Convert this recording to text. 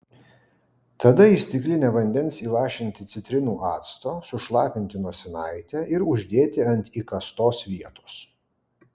tada į stiklinę vandens įlašinti citrinų acto sušlapinti nosinaitę ir uždėti ant įkastos vietos